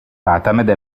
تعتمد